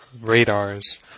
radars